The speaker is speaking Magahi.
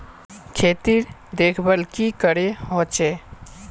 खेतीर देखभल की करे होचे?